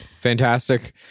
Fantastic